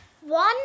one